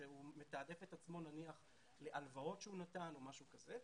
הוא מתעדף את עצמו נניח להלוואות שהוא נתן או משהו כזה,